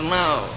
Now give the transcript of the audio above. now